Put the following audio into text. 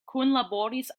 kunlaboris